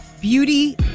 beauty